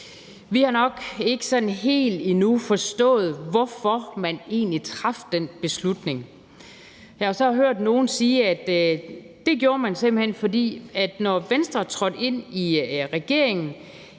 Vi har nok ikke sådan helt endnu forstået, hvorfor man egentlig traf den beslutning. Jeg har hørt nogle sige, at det gjorde man simpelt hen, fordi Venstre, når man trådte ind i regeringen,